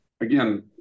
again